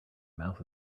mouth